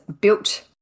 built